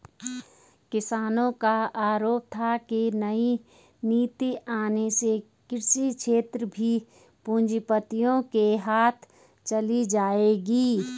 किसानो का आरोप था की नई नीति आने से कृषि क्षेत्र भी पूँजीपतियो के हाथ चली जाएगी